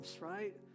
right